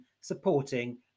supporting